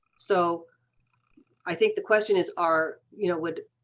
so i think the question is are you know would